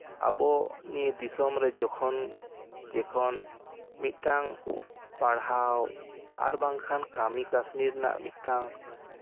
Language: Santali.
ᱟᱵᱚ ᱱᱤᱭᱟᱹ ᱫᱤᱥᱚᱢ ᱨᱮ ᱡᱚᱠᱷᱚᱱ ᱡᱚᱠᱷᱚᱱ ᱢᱤᱫᱴᱟᱝ ᱯᱟᱲᱦᱟᱣ ᱟᱨ ᱵᱟᱝᱠᱷᱟᱱ ᱠᱟᱹᱢᱤ ᱠᱟᱹᱥᱱᱤ ᱨᱮᱱᱟᱜ ᱢᱤᱫᱴᱟᱝ